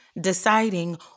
Deciding